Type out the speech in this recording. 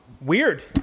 Weird